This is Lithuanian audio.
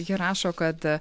ji rašo kad